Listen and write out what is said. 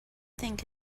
think